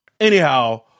anyhow